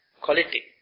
quality